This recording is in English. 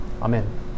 Amen